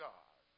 God